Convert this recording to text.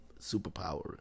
superpower